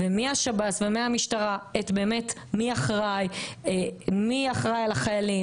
מהשב"ס ומהמשטרה מי אחראי על החיילים,